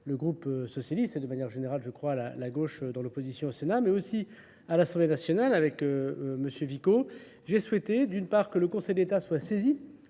le groupe socialiste, et de manière générale, je crois, la gauche dans l'opposition au Sénat, mais aussi à l'Assemblée nationale avec M. Vico. J'ai souhaité d'une part que le Conseil d'État soit saisi